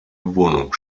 wohnung